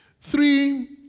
three